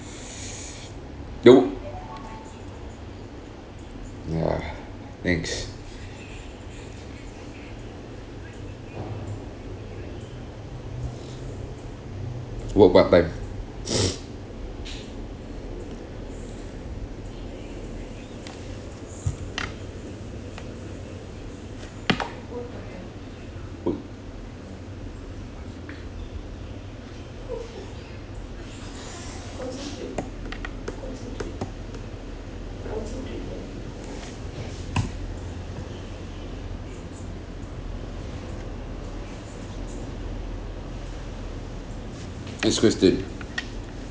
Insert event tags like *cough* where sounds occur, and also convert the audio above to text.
no ya next work part time *noise* next question